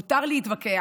מותר להתווכח,